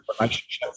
relationships